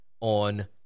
on